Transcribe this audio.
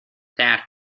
that